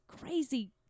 crazy